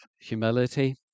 humility